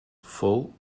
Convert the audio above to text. fou